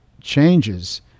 changes